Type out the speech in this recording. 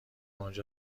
اونجا